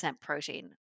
protein